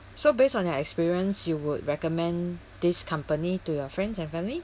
so based on your experience you would recommend this company to your friends and family